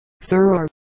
sir